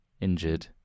Injured